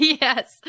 yes